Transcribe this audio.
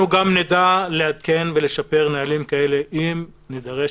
אנחנו גם נדע לעדכן ולשפר נהלים כאלה אם נידרש,